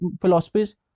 philosophies